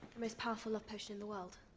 the most powerful love potion in the world.